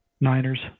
Niners